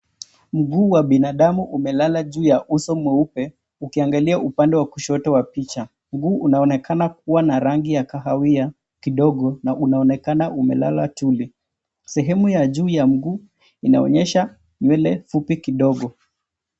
Mguu wa binadamu umelala juu ya uso mweupe, ukiangalia upande wa kushoto wa picha. Mguu unaonekana kuwa na rangi ya kahawia kidogo, na unaonekana umelala tuli. Sehemu ya juu ya mguu inaonyesha nywele fupi kidogo.